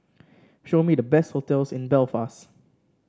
show me the best hotels in Belfast